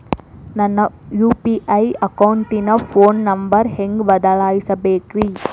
ನನ್ನ ಯು.ಪಿ.ಐ ಅಕೌಂಟಿನ phone number ಹೆಂಗ್ ಬದಲಾಯಿಸ ಬೇಕ್ರಿ?